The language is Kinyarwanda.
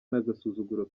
n’agasuzuguro